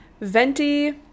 venti